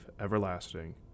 everlasting